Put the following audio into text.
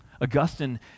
Augustine